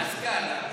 עַסְאקְלַה.